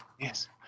Yes